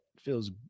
feels